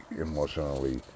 emotionally